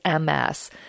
MS